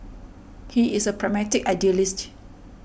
he is a pragmatic idealist